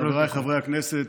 חבריי חברי הכנסת,